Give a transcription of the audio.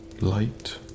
Light